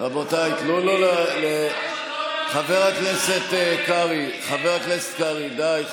רבותיי, חבר הכנסת קרעי, די.